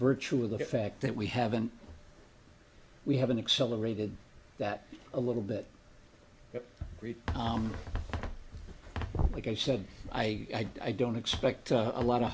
virtue of the fact that we haven't we haven't accelerated that a little bit like i said i i don't expect a lot of